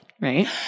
Right